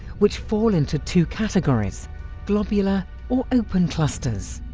which fall into two categories globular or open clusters.